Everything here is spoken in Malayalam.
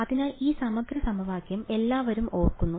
അതിനാൽ ഈ സമഗ്ര സമവാക്യം എല്ലാവരും ഓർക്കുന്നു